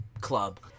club